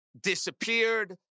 disappeared